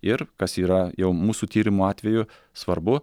ir kas yra jau mūsų tyrimo atveju svarbu